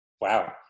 wow